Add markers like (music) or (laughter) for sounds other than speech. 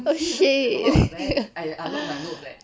oh shit (noise)